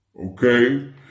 okay